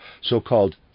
So-called